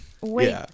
wait